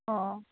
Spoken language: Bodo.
अ